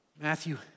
Matthew